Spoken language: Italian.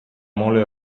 mole